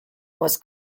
was